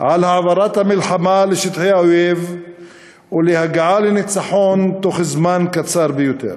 על העברת המלחמה לשטחי האויב והגעה לניצחון תוך זמן קצר ביותר.